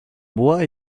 bois